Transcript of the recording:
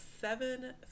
seven